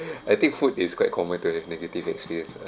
I think food is quite common to ne~ negative experience ah